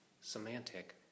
semantic